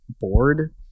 bored